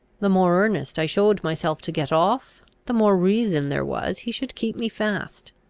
the more earnest i showed myself to get off, the more reason there was he should keep me fast.